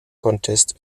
contest